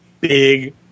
big